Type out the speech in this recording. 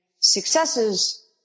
successes